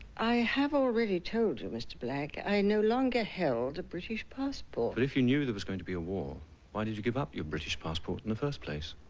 i have already told you mr. black i no longer held british passport. but if you knew there was going to be a war why did you give up your british passport in the first place?